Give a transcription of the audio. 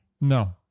No